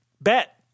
bet